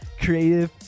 creative